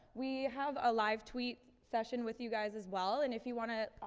we have a live tweet session with you guys, as well. and if you wanna, ah,